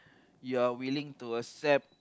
you're willing to accept